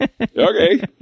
Okay